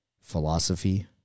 philosophy